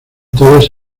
todas